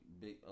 Big